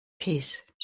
Peace